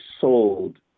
sold